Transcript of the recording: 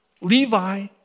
Levi